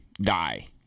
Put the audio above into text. die